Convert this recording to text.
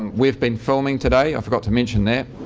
and we've been filming today. i forgot to mention that.